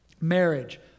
Marriage